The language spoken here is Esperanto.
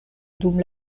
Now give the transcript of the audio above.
dum